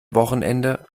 wochenende